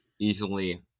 easily